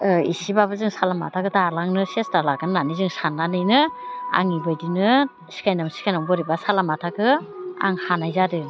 इसेबाबो जों साला माथाखौ दालांनो सेस्ता लागोन होननानै जों साननानैनो आं बेबायदिनो सिखायनायावनो सिखायनायावनो बोरैबा साला माथाखौ आं हानाय जादों